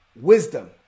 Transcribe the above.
wisdom